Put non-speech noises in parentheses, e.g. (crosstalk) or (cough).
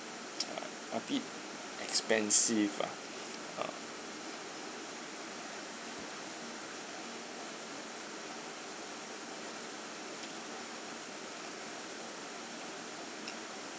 (noise) uh a bit expensive ah